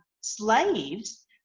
slaves